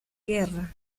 guerra